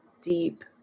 deep